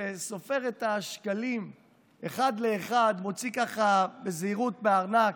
שסופר את השקלים אחד לאחד, מוציא בזהירות מהארנק,